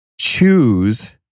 choose